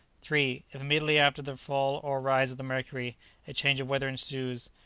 three. if immediately after the fall or rise of the mercury a change of weather ensues,